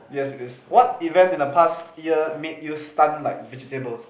yes it is what event in the past year make you stun like vegetable